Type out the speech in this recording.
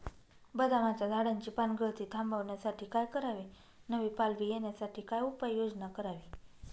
बदामाच्या झाडाची पानगळती थांबवण्यासाठी काय करावे? नवी पालवी येण्यासाठी काय उपाययोजना करावी?